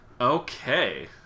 Okay